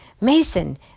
Mason